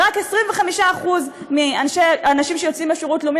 ורק 25% מהאנשים שיוצאים לשירות לאומי